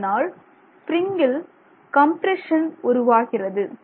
அதனால் ஸ்பிரிங்கில் கம்பிரஷன் உருவாகிறது